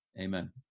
Amen